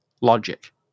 logic